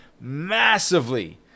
massively